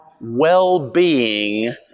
well-being